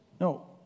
No